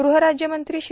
गृहराज्यमंत्री श्री